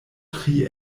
tri